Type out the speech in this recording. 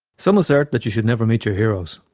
some assert that you should never meet your heroes,